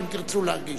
אם תרצו להגיש.